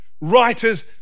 writers